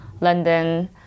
London